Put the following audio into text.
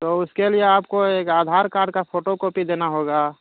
تو اس کے لیے آپ کو ایک آدھار کارڈ کا فوٹو کاپی دینا ہوگا